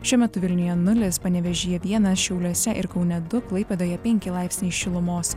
šiuo metu vilniuje nulis panevėžyje vienas šiauliuose ir kaune du klaipėdoje penki laipsniai šilumos